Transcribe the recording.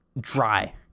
dry